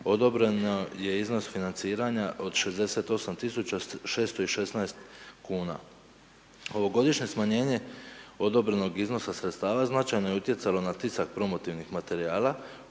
odobreno je iznos financiranja od 68 tisuća 616 kn. Ovogodišnje smanjenje odobrenog iznosa sredstava, značajno je utjecalo na tisak promotivnih materijala